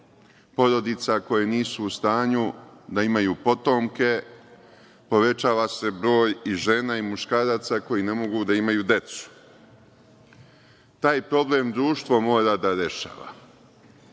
porodica koje nisu u stanju da imaju potomke, povećava se broj i žena i muškaraca koji ne mogu da imaju decu. Taj problem društvo mora da rešava. Zato